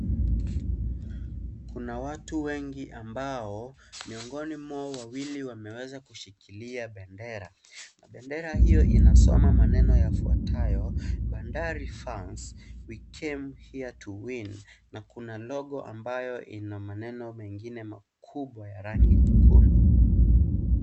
Kuna watu wengi ambao miongoni mwao wawili wameweza kushikilia bendera, na bendera hiyo inasoma maneno ifuatayo Bandari fans we came here to win na kuna logo ambayo ina maneno mengine makubwa ya rangi nyekundu.